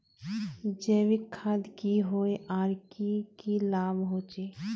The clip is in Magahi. जैविक खाद की होय आर की की लाभ होचे?